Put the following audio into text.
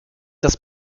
das